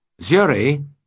Zuri